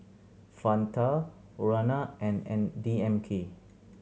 Fanta Urana and N D M K